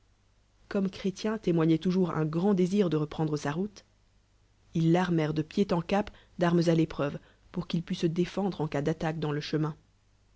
jours no grand désir de reprendre sa route ils l'armè nt de pied en cap d'armes à l'épreuve pour qu'il pût se défendre en cas d'attaque dans le